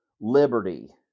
liberty